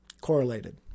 correlated